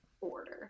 order